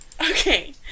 Okay